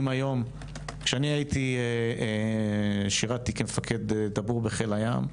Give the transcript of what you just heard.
כשאני שירתי כמפקד דבור בחיל הים,